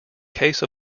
case